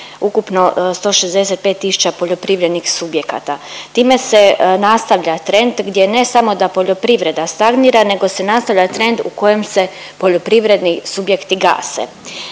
ukupno 165 poljoprivrednih subjekata. Time se nastavlja trend gdje ne samo da poljoprivreda stagnira nego se nastavlja trend u kojem se poljoprivredni subjekti gase.